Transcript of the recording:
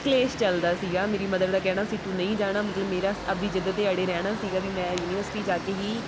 ਕਲੇਸ਼ ਚੱਲਦਾ ਸੀਗਾ ਮੇਰੀ ਮਦਰ ਦਾ ਕਹਿਣਾ ਸੀ ਤੂੰ ਨਹੀਂ ਜਾਣਾ ਮਤਲਬ ਮੇਰਾ ਆਪਦੀ ਜਿੱਦ ਦੇ ਅੜੇ ਰਹਿਣਾ ਸੀਗਾ ਵੀ ਮੈਂ ਯੂਨੀਵਰਸਿਟੀ ਜਾ ਕੇ ਹੀ